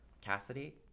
Cassidy